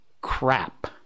crap